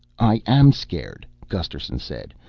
i am scared, gusterson said.